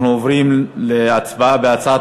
אנחנו עוברים להצבעה בקריאה ראשונה על הצעת